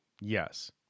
Yes